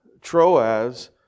Troas